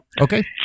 Okay